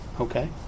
Okay